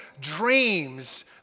dreams